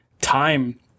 time